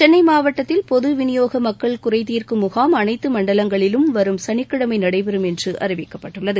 சென்னை மாவட்டத்தில் பொது விநியோக மக்கள் குறைதீர்க்கும் முகாம் அனைத்து மண்டலங்களிலும் வரும் சனிக்கிழமை நடைபெறும் என்று அறிவிக்கப்பட்டுள்ளது